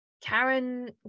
Karen